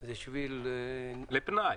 זה שביל --- לפנאי.